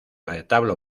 retablo